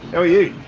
are you?